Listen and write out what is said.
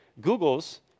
Google's